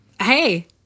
Hey